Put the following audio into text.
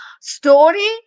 Story